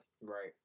Right